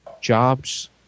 jobs